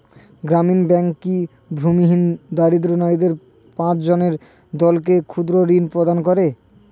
গ্রামীণ ব্যাংক কি ভূমিহীন দরিদ্র নারীদের পাঁচজনের দলকে ক্ষুদ্রঋণ প্রদান করে?